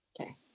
Okay